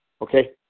Okay